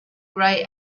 grey